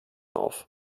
auf